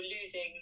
losing